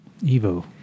Evo